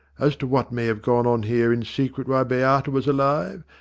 as to what may have gone on here in secret while beata was alive,